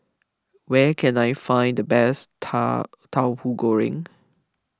where can I find the best Tahu Goreng